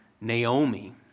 Naomi